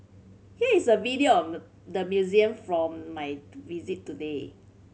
here is a video of the museum from my visit today